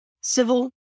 civil